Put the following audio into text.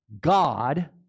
God